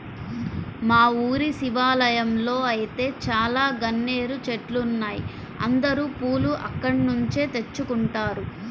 మా ఊరి శివాలయంలో ఐతే చాలా గన్నేరు చెట్లున్నాయ్, అందరూ పూలు అక్కడ్నుంచే తెచ్చుకుంటారు